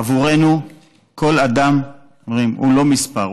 עבורנו אדם הוא לא מספר,